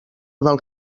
del